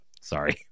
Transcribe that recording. sorry